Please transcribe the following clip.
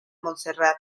montserrat